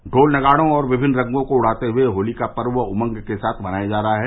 ढ़ोल नगाड़ो और विभिन्न रंगो को उड़ाते हुए होली का पर्व उमंग के साथ मनाया जा रहा है